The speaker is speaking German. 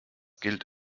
gilt